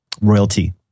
royalty